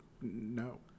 No